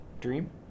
dream